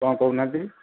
କ'ଣ କହୁନାହାନ୍ତି